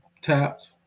tapped